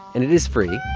and it is free.